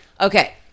okay